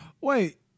Wait